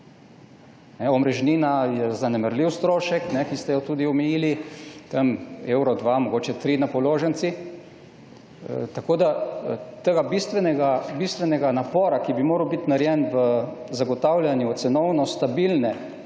Omrežnina je zanemarljiv strošek, ki ste jo tudi omejili evro, dva, mogoče tri na položnici. Tako da ta bistvi napor, ki bi moral biti narejen v zagotavljanju cenovno stabilne